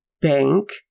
bank